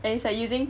and if you are using